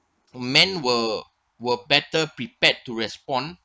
men were were better prepared to respond